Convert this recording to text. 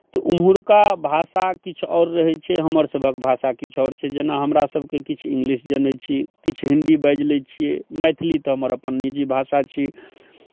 तऽ ओम्हुरका भाषा किछु आओर रहै छै हमरसभक भाषा किछु आओर छै जेना हमरासभके किछु इंग्लिश जनै छी किछु हिंदी बाजि लै छियै मैथिली तऽ हमर अपन निजी भाषा छी